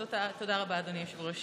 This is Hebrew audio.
תודה רבה, אדוני היושב-ראש.